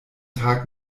tag